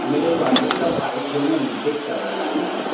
میرے ٹوائلیٹ کا پائپ جو ہے نا لیکیج کر رہا ہے